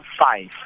five